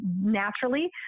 naturally